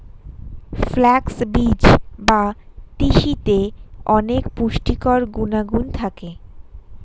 flax বীজ বা তিসিতে অনেক পুষ্টিকর গুণাগুণ থাকে